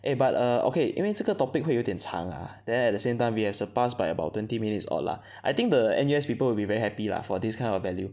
eh but err okay 因为这个 topic 会有点长 ah then at the same time we have surpassed by about twenty minutes odd lah I think the N_U_S people will be very happy lah for this kind of value